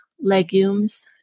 legumes